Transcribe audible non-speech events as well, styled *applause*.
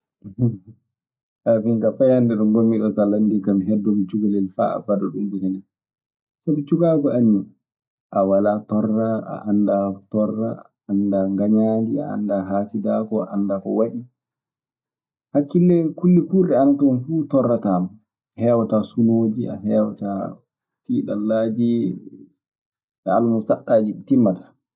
*hesitation* min kaa, fay hannde ɗo ngonmi ɗoo so landike kan, mi heddoo mi cukalel faa abada, ɗun ɓuranimi. Sabi cukaako anni, a walaa torla, a anndaa torla, a anndaa ngañaali, a anndaa haasidaagu, a anndaa ko waɗi. Hakkille, kulle kuurɗe ana ton fuu torlataama. A heewataa sunooji, a hewataa tiiɗallaaji e almussakkaaji ɗi timmataa.